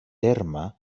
terme